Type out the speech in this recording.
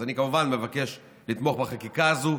אז אני כמובן מבקש לתמוך בחקיקה הזאת,